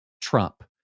Trump